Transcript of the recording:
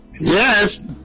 yes